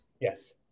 Yes